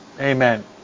Amen